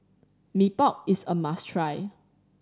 Mee Pok is a must try